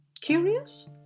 Curious